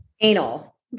Anal